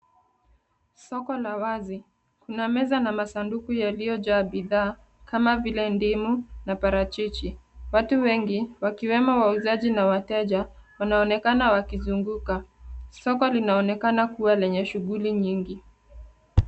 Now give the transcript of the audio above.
Soko la wazi lina meza na sanduku yaliyojaa bidhaa kama vile ndimu na parachichi watu wengi wakiwemo wauzajji na wateja wanaonekana wakizunguka . Soko linaonekana kuwa lenye shughuli nyingi.